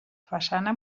façana